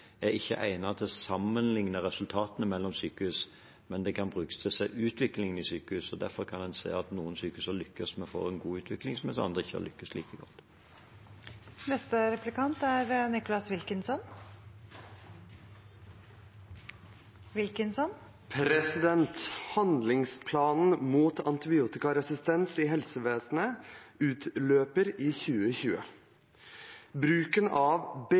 er ikke egnet til å sammenligne resultatene mellom sykehus, men det kan brukes til å se utviklingen i sykehus. Derfor kan en se at noen sykehus har lykkes med å få en god utvikling, mens andre ikke har lykkes like godt. Handlingsplanen mot antibiotikaresistens i helsevesenet utløper i 2020. Bruken av